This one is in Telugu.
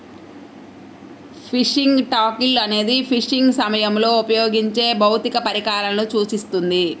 ఫిషింగ్ టాకిల్ అనేది ఫిషింగ్ సమయంలో ఉపయోగించే భౌతిక పరికరాలను సూచిస్తుంది